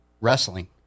Wrestling